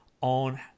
on